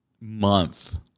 month